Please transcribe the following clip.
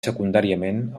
secundàriament